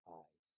eyes